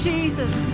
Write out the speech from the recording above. Jesus